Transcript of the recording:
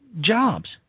jobs